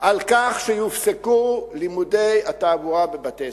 שיופסקו לימודי התעבורה בבית-הספר?